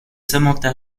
samantha